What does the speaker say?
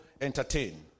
entertain